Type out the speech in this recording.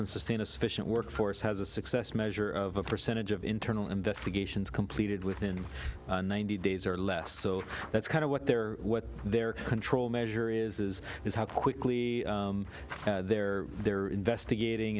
and sustain a sufficient workforce has a success measure of a percentage of internal investigations completed within ninety days or less so that's kind of what they're what their control measure is is how quickly they're they're investigating